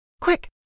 Quick